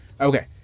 Okay